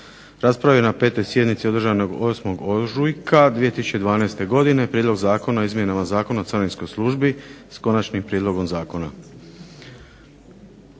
raspravio je na 5. sjednici održanoj 8. ožujka 2012. godine prijedlog Zakona o izmjenama Zakona o Carinskoj službi s konačnim prijedlogom zakona.